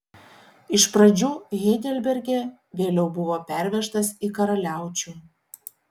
iš pradžių heidelberge vėliau buvau pervežtas į karaliaučių